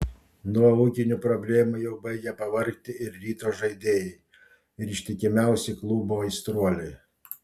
nuo ūkinių problemų jau baigia pavargti ir ryto žaidėjai ir ištikimiausi klubo aistruoliai